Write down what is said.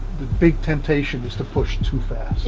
the big temptation is to push too fast.